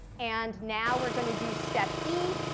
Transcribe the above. and now we're going to do step e,